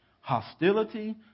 hostility